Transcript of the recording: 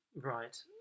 Right